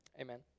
Amen